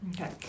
Okay